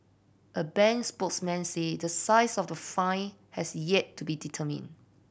a bank spokesman said the size of the fine has yet to be determined